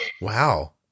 Wow